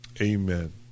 Amen